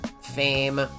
fame